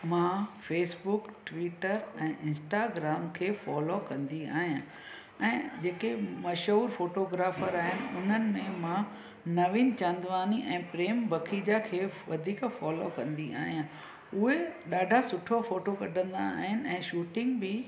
मां Facebook Twitter ऐं Instagram खे फ़ॉलो कंदी आहियां ऐं जेके मशहूर फ़ोटोग्राफर आहिनि उन्हनि में मां नवीन चांदवानी ऐं प्रेम बखीजा खे वधीक फ़ॉलो कंदी आहियां उहे ॾाढा सुठो फ़ोटू कढंदा आहिनि ऐं शूटिंग बि